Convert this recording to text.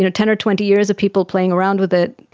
and ten or twenty years of people playing around with it,